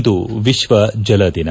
ಇಂದು ಎಶ್ವ ಜಲ ದಿನ